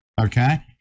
okay